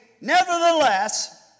Nevertheless